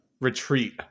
retreat